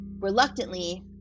Reluctantly